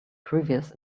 previous